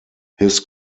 his